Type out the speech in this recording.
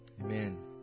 Amen